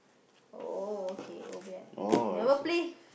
oh okay never play